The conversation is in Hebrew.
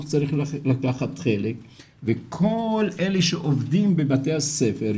צריך לקחת חלק וכל אלה שעובדים בבתי הספר,